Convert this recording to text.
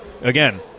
again